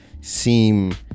seem